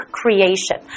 creation